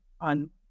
on